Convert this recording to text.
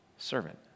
servant